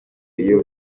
iyo